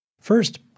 First